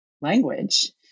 language